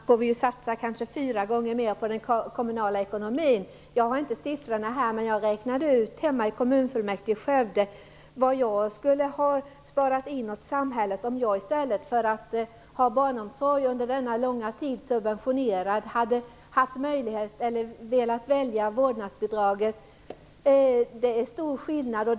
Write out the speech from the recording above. Fru talman! Det är bara det att vi får satsa kanske fyra gånger mera för ett barn i den kommunala ekonomin. Jag har inte siffrorna här. Jag räknade ut hemma i kommunfullmäktige i Skövde vad jag skulle ha sparat in åt samhället om jag, i stället för att ha subventionerad barnomsorg under denna långa tid, hade velat välja vårdnadsbidraget. Det är stor skillnad.